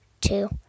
two